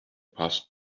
passed